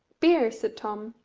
beer! said tom.